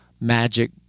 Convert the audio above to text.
magic